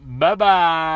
Bye-bye